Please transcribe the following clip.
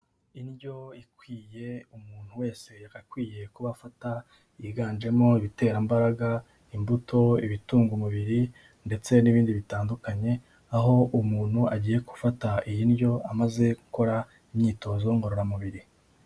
Indyo ikwiye umuntu wese akwiye kuba afata yiganjemo ibiterambaraga, imbuto, ibitunga umubiri ndetse n'ibindi bitandukanye aho umuntu agiye gufata iyi ndyo amaze gukora imyitozo ngororamubiri.